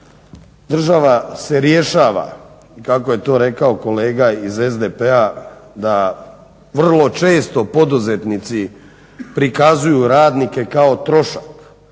Država se rješava, i kako je to rekao kolega iz SDP-a da vrlo često poduzetnici prikazuju radnike kao trošak.